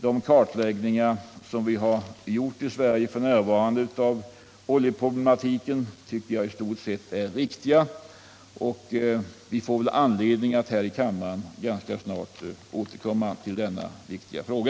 De kartläggningar som har gjorts i Sverige av oljeproblematiken är i stort sett riktiga, och vi får nog ganska snart här i kammaren anledning att återkomma till denna viktiga fråga.